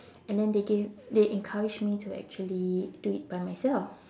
and then they gave they encourage me to actually do it by myself